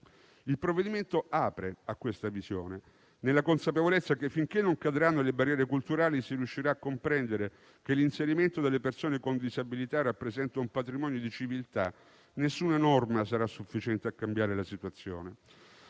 Il provvedimento apre a questa visione, nella consapevolezza che, finché non cadranno le barriere culturali, non si riuscirà a comprendere che l'inserimento delle persone con disabilità rappresenta un patrimonio di civiltà e nessuna norma sarà sufficiente a cambiare la situazione.